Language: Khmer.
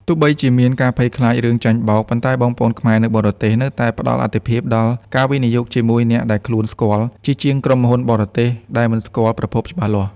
ទោះបីជាមានការភ័យខ្លាចរឿងចាញ់បោក ប៉ុន្តែបងប្អូនខ្មែរនៅបរទេសនៅតែផ្ដល់អាទិភាពដល់ "ការវិនិយោគជាមួយអ្នកដែលខ្លួនស្គាល់" ជាជាងក្រុមហ៊ុនបរទេសដែលមិនស្គាល់ប្រភពច្បាស់លាស់។